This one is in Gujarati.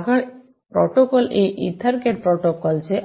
આગળ પ્રોટોકોલ એ ઇથરકેટ પ્રોટોકોલ છે